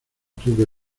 tuve